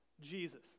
Jesus